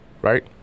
right